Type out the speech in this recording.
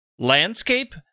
Landscape